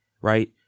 right